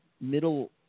middle –